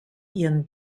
ihren